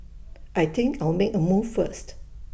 I think I'll make A move first